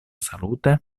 salute